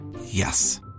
yes